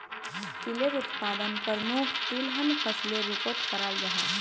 तिलेर उत्पादन प्रमुख तिलहन फसलेर रूपोत कराल जाहा